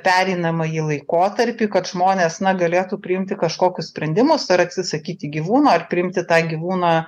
pereinamąjį laikotarpį kad žmonės na galėtų priimti kažkokius sprendimus ar atsisakyti gyvūno ar priimti tą gyvūną